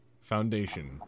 Foundation